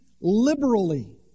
liberally